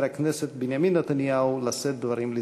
הכנסת בנימין נתניהו לשאת דברים לזכרו.